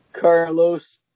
Carlos